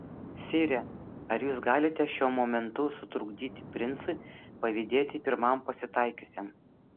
sire ar jūs galite šiuo momentu sutrukdyti princui pavydėti pirmam pasitaikiusiam